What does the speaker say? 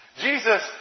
Jesus